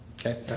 Okay